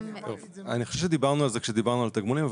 אני חושב שדיברנו על זה כשדיברנו על תגמולים,